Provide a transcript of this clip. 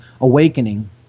awakening